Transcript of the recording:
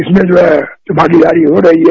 इसमें जो है भागीदारी हो रही है